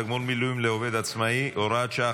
תגמול מילואים לעובד עצמאי) (הוראת שעה,